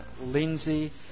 Lindsay